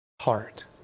heart